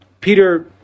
Peter